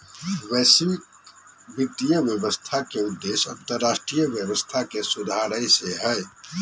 वैश्विक वित्तीय व्यवस्था के उद्देश्य अन्तर्राष्ट्रीय व्यवस्था के सुधारे से हय